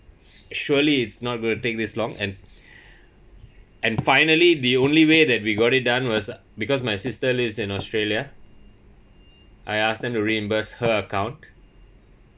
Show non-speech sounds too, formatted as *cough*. surely it's not going to take this long and *breath* and finally the only way that we got it done was uh because my sister lives in australia I ask them to reimburse her account